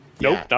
Nope